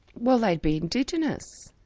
well they'd be indigenous,